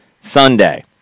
Sunday